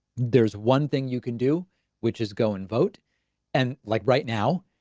there's one thing you can do which is go in, vote and like right now,